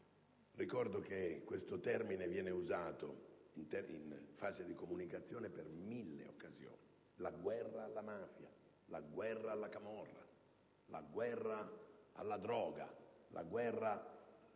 Ricordo che questo termine viene usato, in fase di comunicazione, in mille le occasioni: la guerra alla mafia, la guerra alla camorra, la guerra alla droga, la guerra